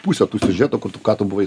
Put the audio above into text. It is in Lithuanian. pusę tų siužetų kur tu ką tu buvai